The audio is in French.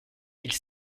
mille